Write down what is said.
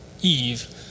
Eve